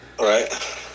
right